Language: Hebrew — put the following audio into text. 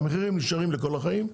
המחירים נשארים למעלה כל החיים,